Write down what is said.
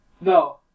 No